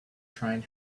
trying